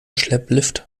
schlepplift